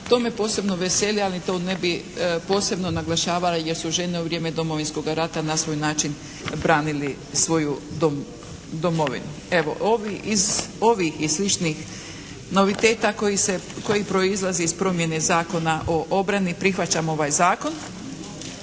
To me posebno veseli ali to ne bih posebno naglašavala jer su žene u vrijeme Domovinskoga rata na svoj način branili svoju domovinu. Evo ovi, iz ovih i sličnih noviteta koji proizlazi iz promjene Zakona o obrani prihvaćam ovaj zakon